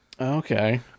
Okay